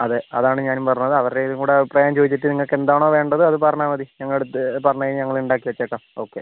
അതെ അതാണ് ഞാനും പറഞ്ഞത് അവരുടെ ഇതും കൂടെ അഭിപ്രായം ചോദിച്ചിട്ട് നിങ്ങൾക്ക് എന്താണോ വേണ്ടത് അത് പറഞ്ഞാൽ മതി ഞങ്ങളടിത്ത് പറഞ്ഞ് കഴിഞ്ഞാൽ ഞങ്ങൾ ഉണ്ടാക്കി വെച്ചേക്കാം ഓക്കെ